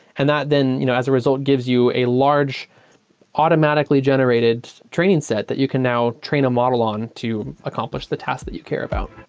and that then, you know as a result, gives you a large automatically generated training set that you can now train a model on to accomplish the task that you care about